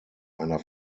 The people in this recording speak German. einer